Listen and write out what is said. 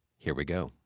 here we go.